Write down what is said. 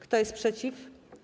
Kto jest przeciw?